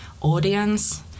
audience